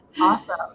Awesome